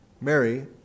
Mary